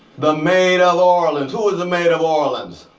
the maid of orleans. who was the maid of orleans?